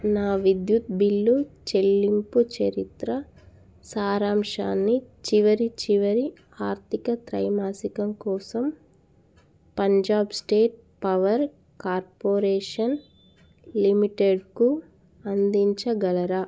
నా విద్యుత్ బిల్లు చెల్లింపు చరిత్ర సారాంశాన్ని చివరి చివరి ఆర్థిక త్రైమాసికం కోసం పంజాబ్ స్టేట్ పవర్ కార్పొరేషన్ లిమిటెడ్కు అందించగలరా